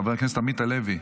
חבר הכנסת עמית הלוי,